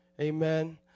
Amen